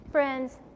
Friends